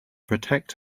protect